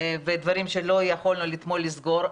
ודברים שלא יכולנו לסגור אתמול.